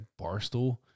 Barstool